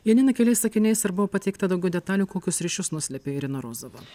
janina keliais sakiniais ar buvo pateikta daugiau detalių kokius ryšius nuslėpė irina rozova